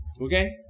Okay